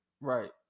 Right